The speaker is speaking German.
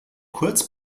kurz